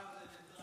הפעם זה ניטרלי.